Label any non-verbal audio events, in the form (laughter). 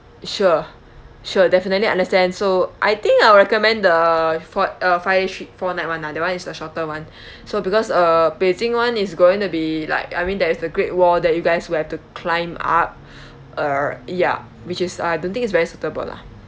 sure sure definitely understand so I think I'll recommend the four~ uh five trip four night [one] ah that [one] is the shorter one (breath) so because uh beijing one is going to be like I mean there is the great wall that you guys would have to climb up (breath) uh ya which is I don't think it's very suitable lah